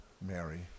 Mary